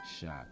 shot